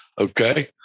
okay